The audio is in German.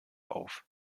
auf